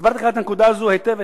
והסברתי לך את הנקודה הזאת היטב היטב.